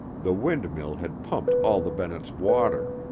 the windmill had pumped all the bennetts' water.